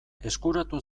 eskuratu